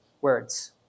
words